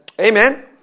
Amen